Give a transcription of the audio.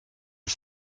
dix